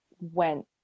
went